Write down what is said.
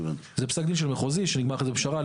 זה פסק דין של מחוזי שנגמר אחרי זה בפשרה.